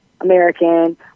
American